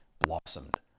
blossomed